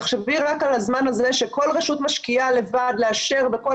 תחשבי רק על הזמן הזה שכל רשות משקיעה לבד לאשר בכל